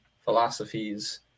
philosophies